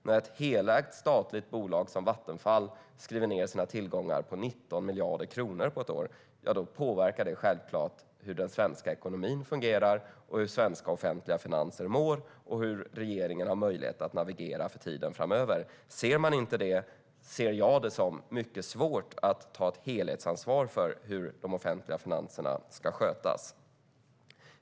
När ett helägt statligt bolag som Vattenfall skriver ned sina tillgångar med 19 miljarder på ett år påverkar det självfallet hur den svenska ekonomin fungerar, hur svenska offentliga finanser mår och hur regeringen har möjlighet att navigera under tiden framöver. Om man inte ser detta anser jag att man har mycket svårt att ta ett helhetsansvar för hur de offentliga finanserna ska skötas.